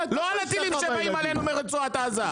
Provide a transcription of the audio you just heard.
לא על הטילים שבאים עלינו מרצועת עזה.